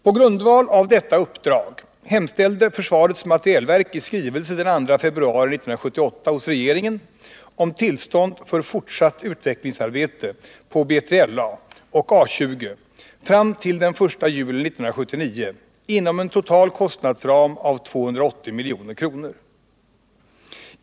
På grundval av detta uppdrag hemställde försvarets materielverk i skrivelse den 2 februari 1978 hos regeringen om tillstånd för fortsatt utvecklingsarbete på B3LA och A 20 fram till den 1 juli 1979 inom en total kostnadsram av 280 milj.kr.